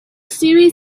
series